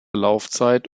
laufzeit